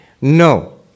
No